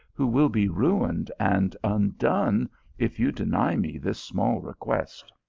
who will be ruined and undone if you deny me this small re quest.